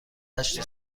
هشت